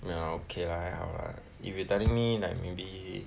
ya okay lah 还好 lah if you telling me like maybe